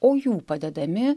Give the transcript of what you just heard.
o jų padedami